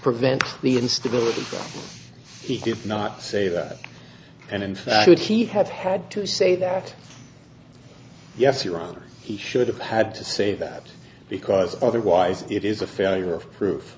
prevent the instability he did not say that and in fact would he have had to say that yes your honor he should have had to say that because otherwise it is a failure of proof